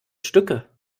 stücke